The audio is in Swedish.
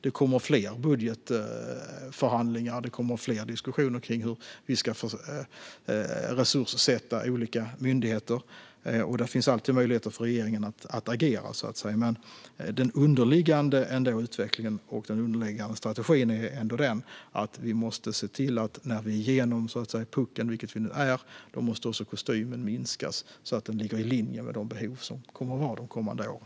Det kommer fler budgetförhandlingar och diskussioner om hur olika myndigheter ska resurssättas. Där finns alltid möjligheter för regeringen att agera. Men den underliggande utvecklingen och den underliggande strategin är att vi måste se till att när vi är igenom puckeln - vilket vi nu är - måste också kostymen minskas så att den ligger i linje med de behov som kommer att finnas de kommande åren.